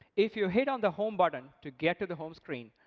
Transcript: if you hit on the home button to get to the home screen,